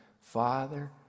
Father